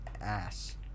ass